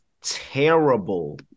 terrible